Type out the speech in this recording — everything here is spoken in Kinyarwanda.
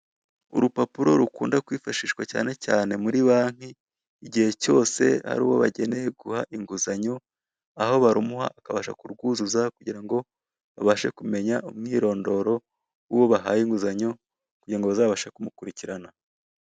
Urupapuro rukunda kwifashishwa cyanecyane muri banki igihe cyose ari uwo bageneye guha inguzanyo aho barumuha akabasha kurwuzuza kugirango babashe kumenya umwirondoro wubo bahaye inguzanyo kugirango bazabashe kumukurikirana.